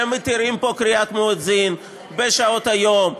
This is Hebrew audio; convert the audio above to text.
אלא מתירים פה קריאת מואזין בשעות היום.